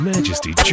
Majesty